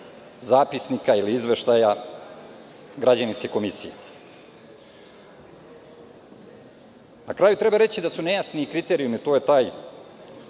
zapisnika ili izveštaja građevinske komisije. Na kraju, treba reći da su nejasni kriterijumi. To je taj